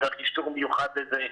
צריך אישור מיוחד לזה.